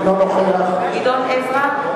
אינו נוכח גדעון עזרא,